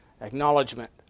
acknowledgement